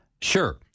Sure